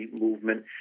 movement